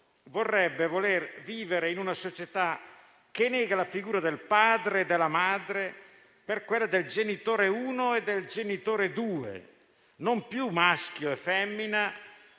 vorrebbe vivere in una società che neghi le figure del padre e della madre per quelle del genitore 1 e del genitore 2: non più maschio e femmina,